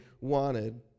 wanted